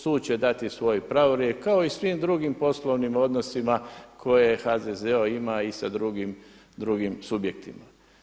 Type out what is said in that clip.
Sud će dati svoj pravorijek kao i svim drugim poslovnim odnosima koje HZZ ima i sa drugim, drugim subjektima.